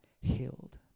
healed